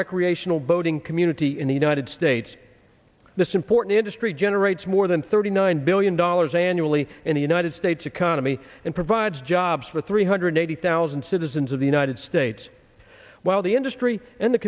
recreational boating community in the united states this important industry generates more than thirty nine billion dollars annually in the united states economy and provides jobs for three hundred eighty thousand citizens of the united states while the industry and the